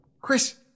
Chris